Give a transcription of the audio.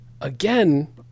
again